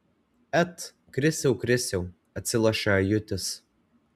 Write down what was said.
et krisiau krisiau atsilošia ajutis